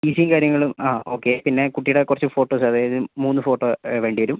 ഫീസും കാര്യങ്ങളും ആ ഓക്കേ പിന്നെ കുട്ടീടേ കുറച്ച് ഫോട്ടോസ് അതായത് മൂന്ന് ഫോട്ടോ വേണ്ടി വരും